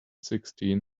sixteen